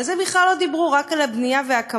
על זה בכלל לא דיברו, רק על הבנייה וההקמה.